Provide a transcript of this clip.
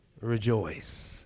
Rejoice